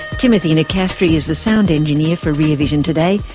timothy nicastri is the sound engineer for rear vision today.